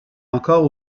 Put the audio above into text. encore